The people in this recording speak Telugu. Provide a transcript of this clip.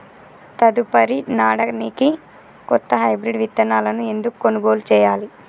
తదుపరి నాడనికి కొత్త హైబ్రిడ్ విత్తనాలను ఎందుకు కొనుగోలు చెయ్యాలి?